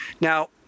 Now